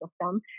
system